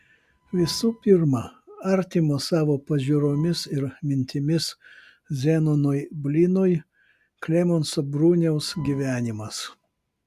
visų pirma artimo savo pažiūromis ir mintimis zenonui blynui klemenso bruniaus gyvenimas